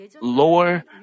lower